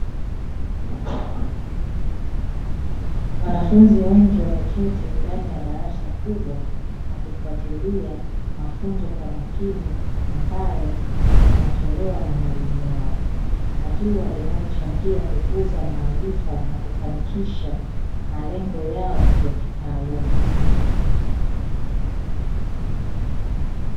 Wanafunzi wengi wameketi ndani ya darasa kubwa, wakifuatilia mafunzo kwa makini, ambayo yanatolewa na mwalimu wao. Hatua inayochangia kukuza maarifa na kufanikisha malengo yao ya kitaaluma.